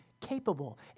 capable